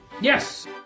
Yes